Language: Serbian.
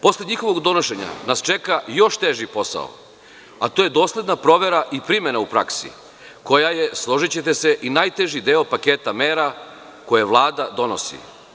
Posle njihovog donošenja nas čeka još teži posao, a to je dosledna provera i primena u praksi, koja je, složićete se, i najteži deo paketa mera koje Vlada donosi.